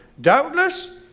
Doubtless